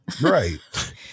Right